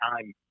time